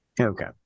Okay